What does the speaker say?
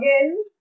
again